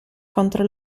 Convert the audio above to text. contro